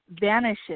vanishes